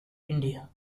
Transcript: india